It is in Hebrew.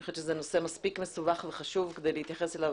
אני חושבת שזה נושא מספיק מסובך וחשוב כדי להתייחס אליו